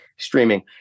Streaming